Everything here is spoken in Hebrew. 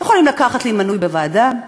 יכולים לקחת לי מינוי בוועדה,